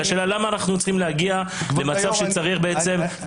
השאלה היא למה אנחנו צריכים להגיע למצב שצריך תרופה.